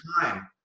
time